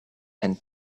and